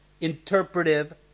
interpretive